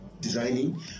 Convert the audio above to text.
designing